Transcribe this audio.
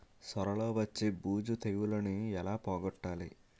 సొర లో వచ్చే బూజు తెగులని ఏల పోగొట్టాలి?